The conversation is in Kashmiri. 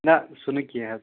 نہ سُہ نہٕ کیٚنہہ حظ